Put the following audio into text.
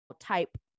type